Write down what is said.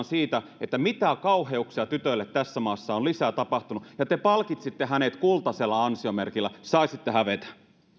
siitä mitä kauheuksia tytöille tässä maassa on lisää tapahtunut ja te palkitsitte hänet kultaisella ansiomerkillä saisitte hävetä